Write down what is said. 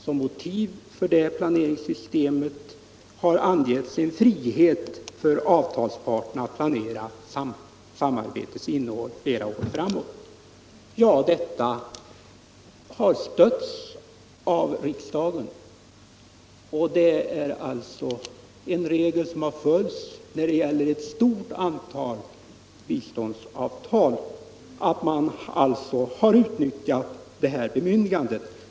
Som motiv för det planeringssystemet har angivits en frihet för avtalsparterna att planera samarbetets innehåll flera år framåt. Och detta har godtagits av riksdagen. Det är också en regel som har följts när det gäller ett stort antal biståndsavtal. Man har utnyttjat detta bemyndigande.